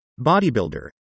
Bodybuilder